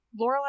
Lorelai